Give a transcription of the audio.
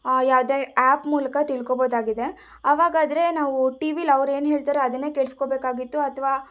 ಯಾವುದೇ ಆ್ಯಪ್ ಮೂಲಕ ತಿಳ್ಕೋಬೋದಾಗಿದೆ ಆವಾಗಾದರೆ ನಾವು ಟಿ ವಿಲಿ ಅವರೇನು ಹೇಳ್ತಾರೆ ಅದನ್ನೇ ಕೇಳ್ಸ್ಕೋಬೇಕಾಗಿತ್ತು ಅಥವಾ